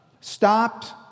stopped